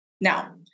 Now